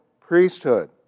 priesthood